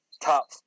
top